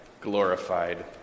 glorified